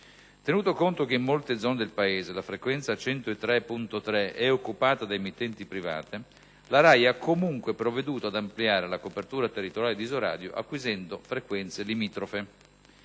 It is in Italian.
Tenuto conto che in molte zone del Paese la frequenza 103.3 è occupata da emittenti private, la RAI ha comunque provveduto ad ampliare la copertura territoriale di Isoradio acquisendo frequenze "limitrofe".